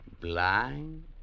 Blind